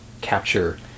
capture